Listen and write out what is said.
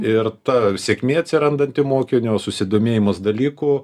ir ta sėkmė atsirandanti mokinio susidomėjimas dalyku